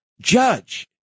Judge